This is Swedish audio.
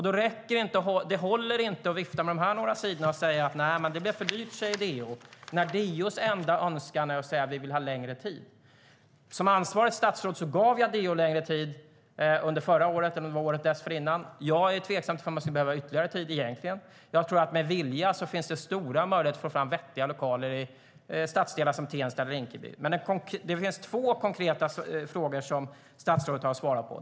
Det håller inte att vifta med de här sidorna och säga att DO säger att det blir för dyrt, när DO:s enda önskan är att få längre tid. Som ansvarigt statsråd gav jag DO längre tid under förra året eller möjligen året dessförinnan. Jag är egentligen tveksam till om DO skulle behöva ytterligare tid. Jag tror att det med vilja finns stora möjligheter att få fram vettiga lokaler i stadsdelar som Tensta eller Rinkeby. Men det finns två konkreta frågor som statsrådet har att svara på.